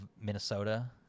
Minnesota